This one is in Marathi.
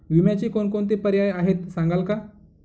विम्याचे कोणकोणते पर्याय आहेत सांगाल का?